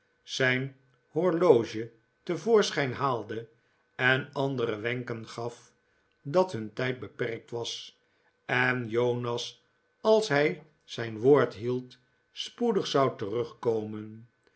zijn horloge te voorschijn haalde en andere wenken gaf dat nun tijd beperkt was en jonas als hij zijn woord hield spoedig zou terugkomen